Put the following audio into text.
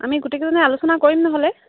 আমি গোটেইকেইজনে আলোচনা কৰিম নহ'লে